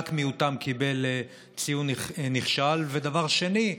ורק מיעוטם קיבלו ציון נכשל, דבר שני,